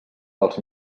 dels